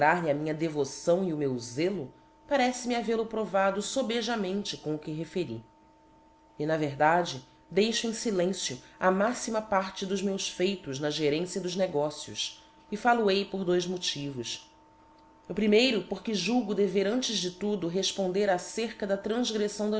confagrar lhe a minha devoção c o a oração da coroa i meu zelo parece-me havel-o provado fobejamente com o que referi e na verdade deixo em filencio a máxima parte dos meus feitos na gerência dos negócios e fal ohei por dois motivos o primeiro porque julgo dever antes de tudo refponder acerca da tranfgreffáo